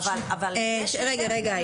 יש פה הנחות מרחיקות לכת.